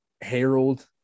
Harold